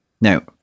Now